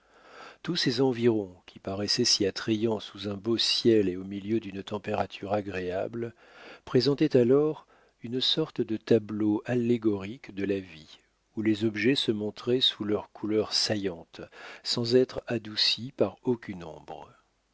tous ces environs qui paraissaient si attrayants sous un beau ciel et au milieu d'une température agréable présentaient alors une sorte de tableau allégorique de la vie où les objets se montraient sous leurs couleurs saillantes sans être adoucis par aucune ombre